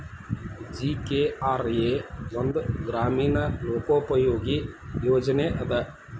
GKRA ಒಂದ ಗ್ರಾಮೇಣ ಲೋಕೋಪಯೋಗಿ ಯೋಜನೆ ಅದ